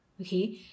okay